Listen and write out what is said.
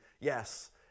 yes